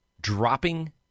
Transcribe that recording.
dropping